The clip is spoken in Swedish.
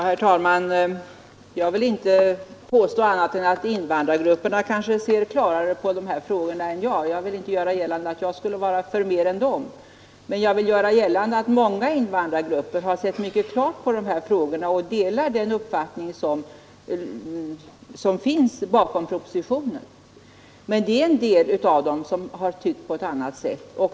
Herr talman! Jag vill inte påstå annat än att invandrargrupperna kanske ser klarare på den här frågan än jag. Jag vill inte göra gällande att jag skulle vara för mer än de. Men jag påstår att många invandrargrupper har sett mycket klart på dessa frågor och delar den uppfattning som finns bakom propositionen. En del av dem har tyckt på ett annat sätt.